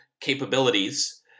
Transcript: capabilities